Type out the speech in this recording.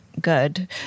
good